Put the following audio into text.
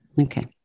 Okay